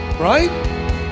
right